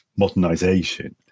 modernisation